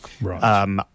Right